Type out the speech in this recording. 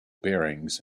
bearings